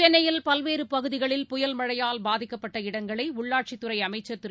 சென்னையில் பல்வேறு பகுதிகளில் புயல் மழையால் பாதிக்கப்பட்ட இடங்களை உள்ளாட்சித் துறை அமைச்சர் திரு